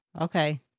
Okay